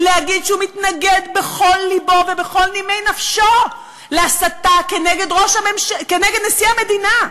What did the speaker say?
אומר שהוא מתנגד בכל לבו ובכל נימי נפשו להסתה נגד נשיא המדינה.